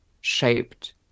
shaped